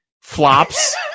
flops